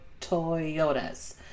Toyotas